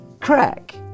Crack